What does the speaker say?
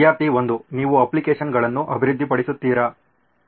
ವಿದ್ಯಾರ್ಥಿ 1 ನೀವು ಅಪ್ಲಿಕೇಶನ್ಗಳನ್ನು ಅಭಿವೃದ್ಧಿಪಡಿಸುತ್ತೀರಾ